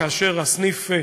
כאשר הסניף,